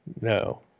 no